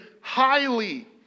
highly